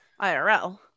IRL